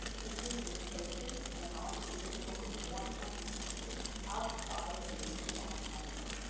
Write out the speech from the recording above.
including displacing and not renewing over one hundred teachers outside of the agreed upon timeline.